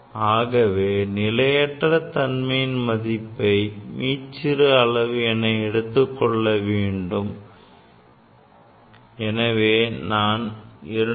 ஆகவே நிலையற்ற தன்மையை மதிப்பை மீச்சிறு அளவு என எடுத்துக்கொள்ள வேண்டும் எனவே நான் 200